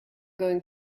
going